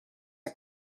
are